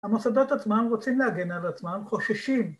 ‫המוסדות עצמם רוצים להגן על עצמם, ‫חוששים.